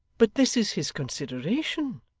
but this is his consideration!